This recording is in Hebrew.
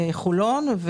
לחולון,